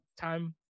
time